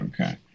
okay